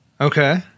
Okay